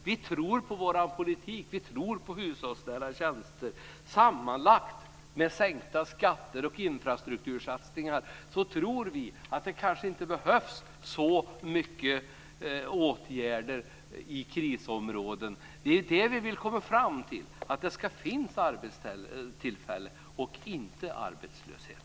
Vi tror på vår politik. Vi tror på hushållsnära tjänster. Mot bakgrund av detta, och mot bakgrund av våra förslag om sänkta skatter och infrastruktursatsningar, tror vi att det inte behövs så många åtgärder i krisområden. Det är det vi vill komma fram till. Det ska finnas arbetstillfällen och inte arbetslöshet.